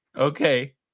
Okay